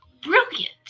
brilliant